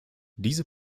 diese